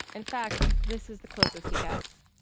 in fact, this is the closest he gets.